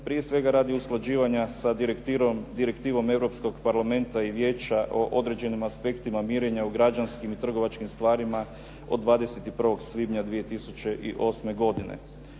prije svega radi usklađivanja sa direktivom Europskog parlamenta i Vijeća o određenim aspektima mirenja u građanskim i trgovačkim stvarima, od 21. svibnja 2008. godine.